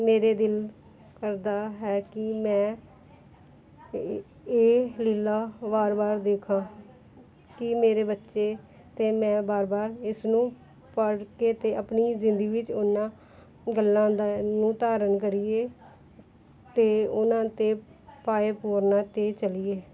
ਮੇਰਾ ਦਿਲ ਕਰਦਾ ਹੈ ਕਿ ਮੈਂ ਇਹ ਲੀਲਾ ਵਾਰ ਵਾਰ ਦੇਖਾ ਕਿ ਮੇਰੇ ਬੱਚੇ ਅਤੇ ਮੈਂ ਵਾਰ ਵਾਰ ਇਸਨੂੰ ਪੜ੍ਹ ਕੇ ਅਤੇ ਆਪਣੀ ਜ਼ਿੰਦਗੀ ਵਿੱਚ ਉੱਨਾਂ ਗੱਲਾਂ ਦਾ ਨੂੰ ਧਾਰਨ ਕਰੀਏ ਅਤੇ ਉਹਨਾਂ ਦੇ ਪਾਏ ਪੂਰਨਾਂ 'ਤੇ ਚੱਲੀਏ